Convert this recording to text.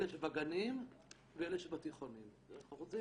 אלה שבגנים ואלה שבתיכונים --- זה החלוקה,